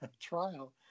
trial